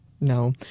No